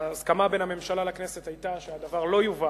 ההסכמה בין הממשלה לכנסת היתה שהדבר לא יובא